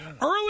early